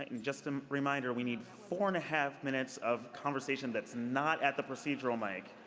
just a reminder, we need four and a half minutes of conversation that's not at the procedural mic.